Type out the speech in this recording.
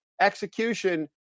execution